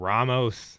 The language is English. Ramos